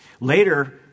Later